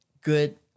good